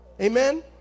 Amen